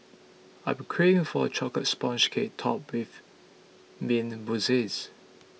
I am craving for a Chocolate Sponge Cake Topped with Mint Mousses